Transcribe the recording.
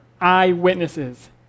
eyewitnesses